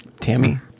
Tammy